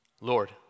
Lord